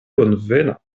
bonvena